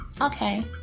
Okay